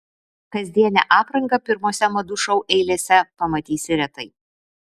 kasdienę aprangą pirmose madų šou eilėse pamatysi retai